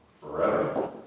Forever